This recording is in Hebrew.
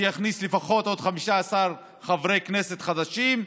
שיכניס לפחות עוד 15 חברי כנסת חדשים,